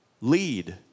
Lead